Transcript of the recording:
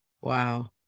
wow